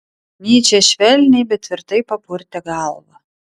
nyčė švelniai bet tvirtai papurtė galvą